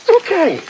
okay